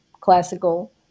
classical